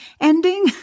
ending